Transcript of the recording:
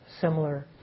similar